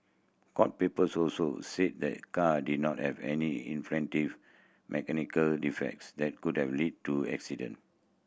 court papers also said the car did not have any mechanical defects that could have led to accident